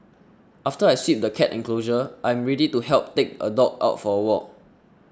after I sweep the cat enclosure I am ready to help take a dog out for a walk